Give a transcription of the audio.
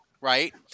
right